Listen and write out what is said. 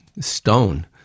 stone